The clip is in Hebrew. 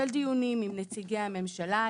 של דיונים עם נציגי הממשלה,